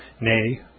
nay